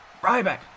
Ryback